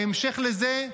בהמשך לזה,